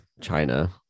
china